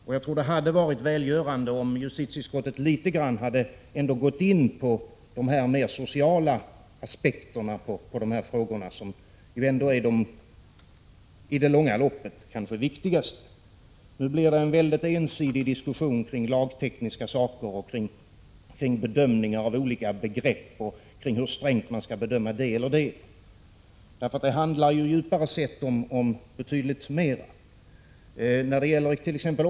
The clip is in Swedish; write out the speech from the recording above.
Jag tror att det hade varit välgörande om justitieutskottet litet grand hade gått in på de mer sociala aspekterna på dessa frågor, vilka i det långa loppet kanske är de viktigaste. Nu blir det en mycket ensidig diskussion kring lagtekniska saker, kring bedömningar av olika begrepp och kring hur strängt man skall bedöma det och det. Djupare sätt handlar det ju om betydligt mer.